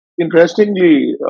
interestingly